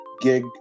gig